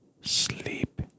sleep